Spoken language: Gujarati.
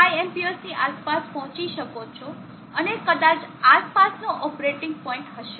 5 Ampsની આસપાસ પહોંચી શકો છો અને કદાચ અહીં આસપાસનો ઓપરેટિંગ પોઇન્ટ હશે